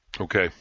Okay